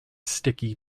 sticky